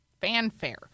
fanfare